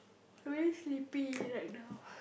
I very sleepy right now